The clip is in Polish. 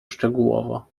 szczegółowo